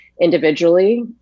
individually